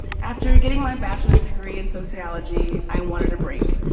after getting my bachelor's degree in sociology i wanted a break.